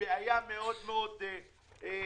בעיה מאוד מאוד קשה.